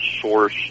source